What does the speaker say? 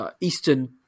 eastern